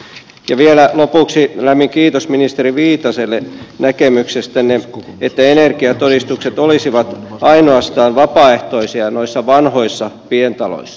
vielä lopuksi lämmin kiitos ministeri viitaselle näkemyksestänne että energiatodistukset olisivat ainoastaan vapaaehtoisia noissa vanhoissa pientaloissa